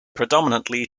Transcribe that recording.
predominantly